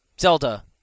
Zelda